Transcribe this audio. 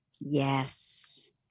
Yes